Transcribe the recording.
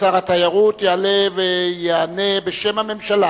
שר התיירות, יעלה ויענה בשם הממשלה